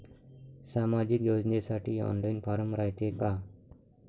सामाजिक योजनेसाठी online form रायते का?